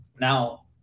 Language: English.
Now